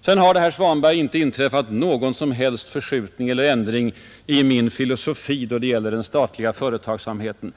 Sedan har det, herr Svanberg, inte inträffat någon som helst förskjutning eller ändring i min filosofi då det gäller den statliga företagsamheten.